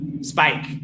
Spike